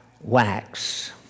wax